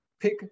pick